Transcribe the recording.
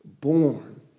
born